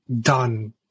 done